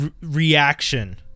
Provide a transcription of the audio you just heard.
reaction